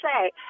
say